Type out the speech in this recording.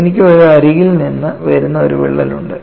എനിക്ക് ഒരു അരികിൽ നിന്ന് വരുന്ന ഒരു വിള്ളൽ ഉണ്ട്